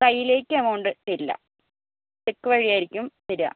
കയ്യിലേക്ക് എമൗണ്ട് തരില്ല ചെക്ക് വഴി ആയിരിക്കും തരിക